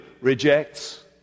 rejects